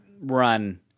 run